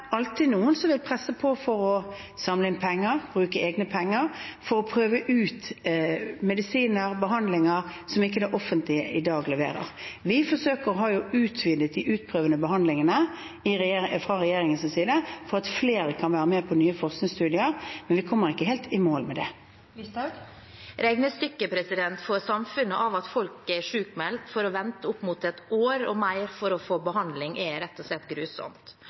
noen som vil presse på for å samle inn penger, bruke egne penger for å prøve ut medisiner og behandlinger som det offentlige i dag ikke leverer. Vi forsøker å utvide, og har jo utvidet, de utprøvende behandlingene fra regjeringens side for at flere kan være med på nye forskningsstudier, men vi kommer ikke helt i mål med det. Det åpnes for oppfølgingsspørsmål – først Sylvi Listhaug. Regnestykket for samfunnet av at folk er sykmeldte for å vente opp mot et år og mer på å få behandling, er rett og slett grusomt.